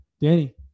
danny